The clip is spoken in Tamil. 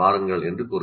' என்று கூறுகிறார்